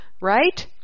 right